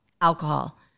alcohol